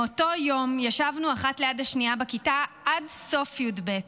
מאותו היום ישבנו אחת ליד השנייה בכיתה עד סוף י"ב.